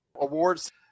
awards